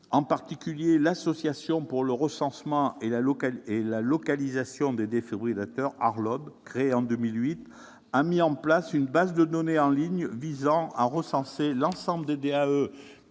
En particulier, l'Association pour le recensement et la localisation des défibrillateurs, ARLoD, créée en 2008, a mis en place une base de données en ligne visant à recenser l'ensemble des DAE